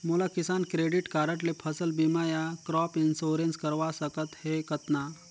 मोला किसान credit card ले फसल बीमा या क्रॉप इंश्योरेंस करवा सकथ हे कतना?